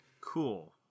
Cool